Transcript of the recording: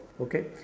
okay